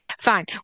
fine